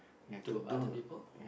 to other people